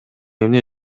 эмне